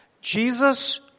Jesus